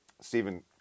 Stephen